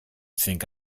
think